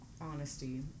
honesty